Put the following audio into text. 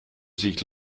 sich